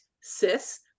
cis